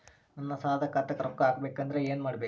ನನ್ನ ಸಾಲದ ಖಾತಾಕ್ ರೊಕ್ಕ ಹಾಕ್ಬೇಕಂದ್ರೆ ಏನ್ ಮಾಡಬೇಕು?